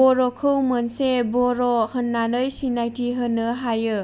बर'खौ मोनसे बर' होननानै सिनायथि होनो हायो